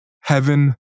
Heaven